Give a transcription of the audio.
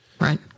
Right